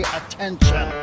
attention